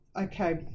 Okay